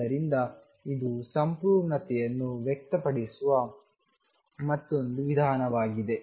ಆದ್ದರಿಂದ ಇದು ಸಂಪೂರ್ಣತೆಯನ್ನು ವ್ಯಕ್ತಪಡಿಸುವ ಇನ್ನೊಂದು ವಿಧಾನವಾಗಿದೆ